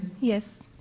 Yes